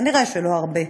כנראה שלא הרבה.